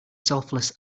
selfless